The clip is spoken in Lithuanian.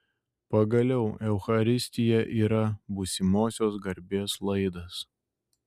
pagaliau eucharistija yra būsimosios garbės laidas